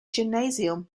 gymnasium